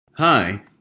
Hi